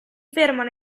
fermano